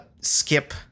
skip